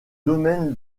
domaine